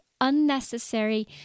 unnecessary